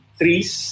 trees